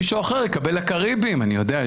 מישהו אחר יקבל לקאריביים, אני יודע.